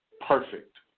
perfect